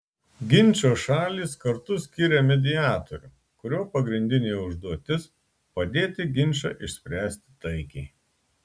ginčo šalys kartu skiria mediatorių kurio pagrindinė užduotis padėti ginčą išspręsti taikiai